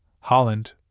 Holland